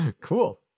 Cool